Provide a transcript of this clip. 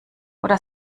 oder